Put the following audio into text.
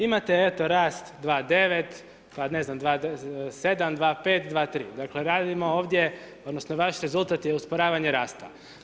Imate eto, rast 2,9., pa, ne znam, 2,7.,2,5., 2,3., dakle, radimo ovdje, odnosno vaš rezultat je usporavanje rasta.